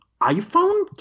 iphone